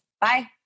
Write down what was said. bye